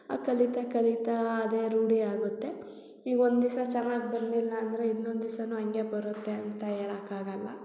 ಆಗ ಕಲಿತ ಕಲೀತಾ ಅದೇ ರೂಢಿ ಆಗುತ್ತೆ ಈಗ ಒಂದು ದಿವ್ಸ ಚೆನ್ನಾಗಿ ಬರಲಿಲ್ಲ ಅಂದರೆ ಇನ್ನೊಂದು ದಿವ್ಸಾನೂ ಹಂಗೆ ಬರುತ್ತೆ ಅಂತ ಹೇಳಕಾಗಲ್ಲ